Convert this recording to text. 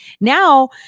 Now